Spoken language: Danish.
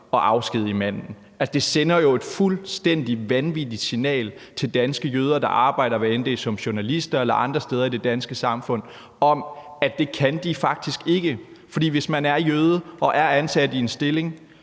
at afskedige manden. Det sender jo et fuldstændig vanvittigt signal til danske jøder, der arbejder i det danske samfund, hvad enten det er som journalister eller andre steder, om, at det kan de faktisk ikke, for hvis man er jøde og er ansat i en stilling,